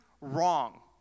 wrong